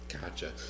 Gotcha